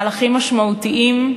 מהלכים משמעותיים,